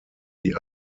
die